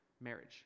marriage